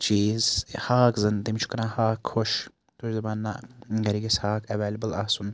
چیٖز ہاکھ زَن تٔمِس چھُ کَران ہاکھ خۄش سۄ چھِ وَنان نہَ گَرِ گَژھِ ہاکھ ایٚولیبٕل آسُن